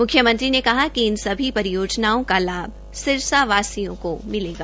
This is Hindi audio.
मुख्यमंत्री ने कहा कि इन सभी परियोजनाओं का लाभ सिरसावासियों को मिलेगा